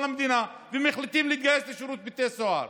המדינה ומחליטים להתגייס לשירות בתי הסוהר,